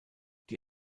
die